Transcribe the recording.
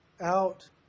out